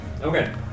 Okay